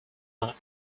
are